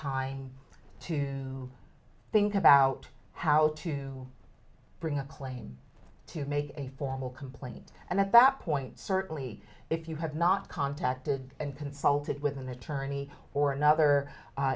time to think about how to bring a claim to make a formal complaint and at that point certainly if you have not contacted and consulted with an attorney or another